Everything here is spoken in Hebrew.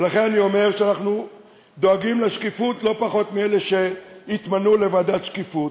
לכן אני אומר שאנחנו דואגים לשקיפות לא פחות מאלה שהתמנו לוועדת שקיפות.